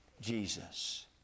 Jesus